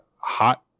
hot